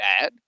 bad